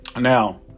Now